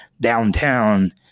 downtown